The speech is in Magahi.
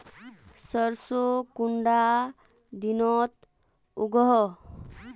सरसों कुंडा दिनोत उगैहे?